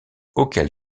auquel